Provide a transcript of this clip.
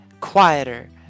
quieter